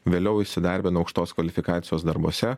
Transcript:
vėliau įsidarbino aukštos kvalifikacijos darbuose